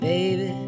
Baby